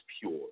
pure